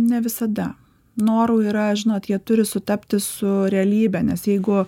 ne visada norų yra žinot jie turi sutapti su realybe nes jeigu